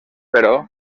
però